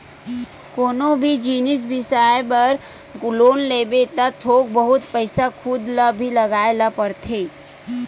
कोनो भी जिनिस बिसाए बर लोन लेबे त थोक बहुत पइसा खुद ल भी लगाए ल परथे